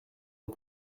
nos